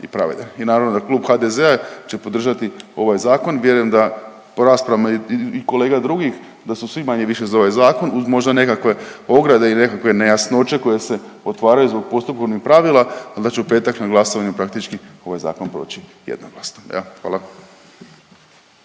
I naravno da Klub HDZ-a će podržati ovaj zakon. Vjerujem da po raspravama i kolega drugih da su svi manje više za ovaj zakon uz možda nekakve ograde i nekakve nejasnoće koje se otvaraju zbog postupovnih pravila ali da će u petak na glasovanju ovaj zakon proći jednoglasno jel. Hvala.